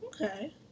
Okay